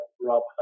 Rob